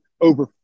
over